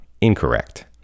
incorrect